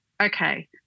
Okay